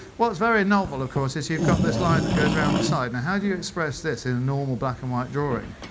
what is very novel of course is you've got this line that goes around the side. now, and how do you express this in normal black and white drawing?